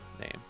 name